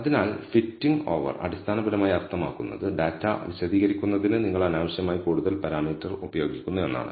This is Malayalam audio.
അതിനാൽ ഫിറ്റിംഗ് ഓവർ അടിസ്ഥാനപരമായി അർത്ഥമാക്കുന്നത് ഡാറ്റ വിശദീകരിക്കുന്നതിന് നിങ്ങൾ അനാവശ്യമായി കൂടുതൽ പാരാമീറ്ററുകൾ ഉപയോഗിക്കുന്നു എന്നാണ്